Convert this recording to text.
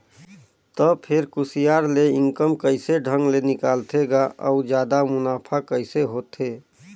त फेर कुसियार ले इनकम कइसे ढंग ले निकालथे गा अउ जादा मुनाफा कइसे होथे